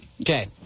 Okay